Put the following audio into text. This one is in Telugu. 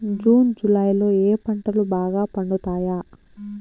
జూన్ జులై లో ఏ పంటలు బాగా పండుతాయా?